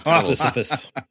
Sisyphus